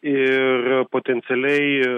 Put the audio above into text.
ir potencialiai